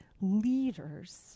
leaders